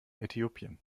äthiopien